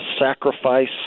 sacrifice